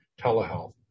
telehealth